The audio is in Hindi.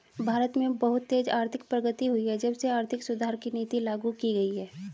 भारत में बहुत तेज आर्थिक प्रगति हुई है जब से आर्थिक सुधार की नीति लागू की गयी है